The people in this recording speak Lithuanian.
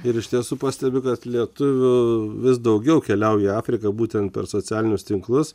ir iš tiesų pastebiu kad lietuvių vis daugiau keliauja į afriką būtent per socialinius tinklus